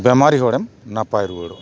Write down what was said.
ᱵᱮᱢᱟᱨᱤ ᱦᱚᱲᱮᱢ ᱱᱟᱯᱟᱭ ᱨᱩᱣᱟᱹᱲᱚᱜᱼᱟ